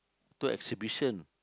to exhibition